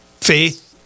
faith